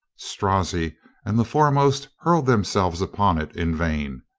strozzi and the foremost hurled themselves upon it in vain.